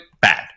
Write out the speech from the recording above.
bad